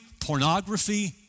pornography